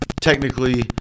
Technically